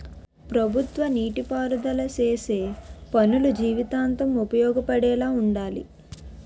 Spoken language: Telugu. ప్రభుత్వ నీటి పారుదల సేసే పనులు జీవితాంతం ఉపయోగపడేలా వుండాలి